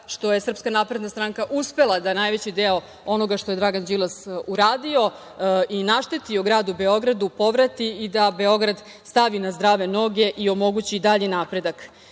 što je SNS uspela da najveći deo onoga što je Dragan Đilas uradio i naštetio Gradu Beogradu, povrati i da Beograd stavi na zdrave noge i omogući dalji napredak.